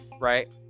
Right